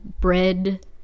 bread